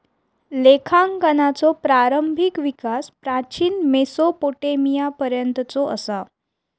लेखांकनाचो प्रारंभिक विकास प्राचीन मेसोपोटेमियापर्यंतचो असा